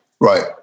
Right